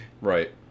Right